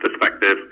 perspective